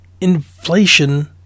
inflation